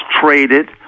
traded